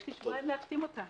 יש לי שבועיים להחתים אותה.